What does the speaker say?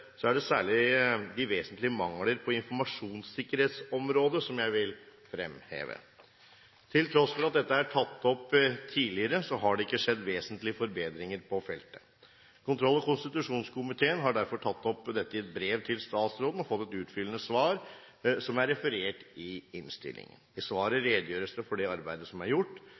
er det særlig de vesentlige mangler på informasjonssikkerhetsområdet som jeg vil fremheve. Til tross for at dette er tatt opp tidligere, har det ikke skjedd vesentlige forbedringer på feltet. Kontroll- og konstitusjonskomiteen har derfor tatt opp dette i brev til statsråden – og fått et utfyllende svar, som er referert i innstillingen. I svaret redegjøres det for det arbeidet som er gjort,